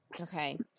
Okay